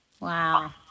Wow